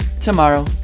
tomorrow